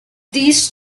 these